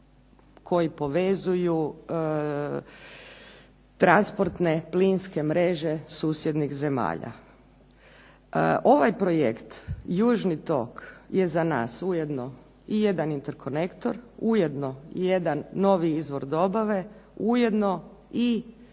koji povezuju transportne plinske mreže susjednih zemalja. Ovaj projekt južni tok je za nas i jedan interkonektor, ujedno i jedan novi izvor dobave, ujedno i